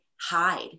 hide